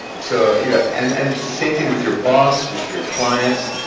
so you know and and same thing with your boss, with your clients.